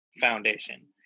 Foundation